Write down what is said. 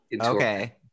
Okay